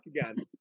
again